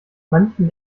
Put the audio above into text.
manchen